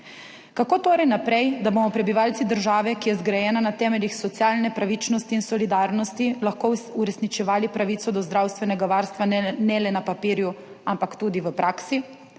Kako torej naprej, da bomo prebivalci države, ki je zgrajena na temeljih socialne pravičnosti in solidarnosti, lahko uresničevali pravico do zdravstvenega varstva ne le na papirju, ampak tudi v praksi?